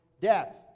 death